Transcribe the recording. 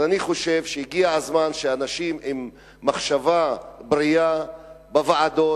אני חושב שהגיע הזמן שאנשים עם מחשבה בריאה בוועדות,